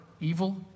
evil